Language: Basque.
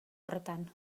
horretan